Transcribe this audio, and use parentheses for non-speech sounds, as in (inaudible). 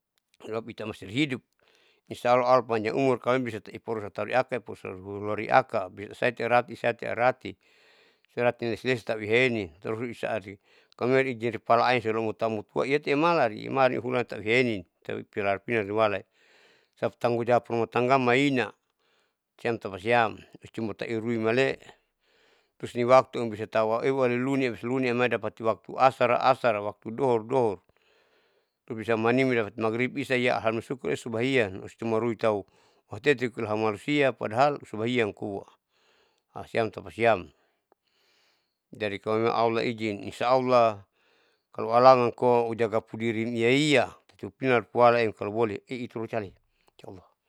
Lau ita masih hidup insya allah allah panjang umur bisate iporu tau liakan iporu tau loriak bisa sairi rati saiti irati irati lesi lesi tahu ihaenin tauluri isari kalo meiri ijin ri palaain siru mutau mutua iyeti emalari emaliri ihulan tau iyahenin tau (unintelligible) sapa tanggung jawab lamaina siam tapasiam icuma tau erui male terus ini waktuam bisa tau euwalelunia luni amai dapati waktu ashar ashara waktu dohor dohor tubisa manimi dapati mabrib isa ihala malusia suku subuh hiya cuma ruitau hatetiki haumai malusia padahal sunahiya amkoa ah siam tapasiam. Jadi kalo memang allah ijin insya allah kalo alangan kou au jagapu diri iyaiya tutuoina rupualaem kalo boleh ii terus cale. (noise)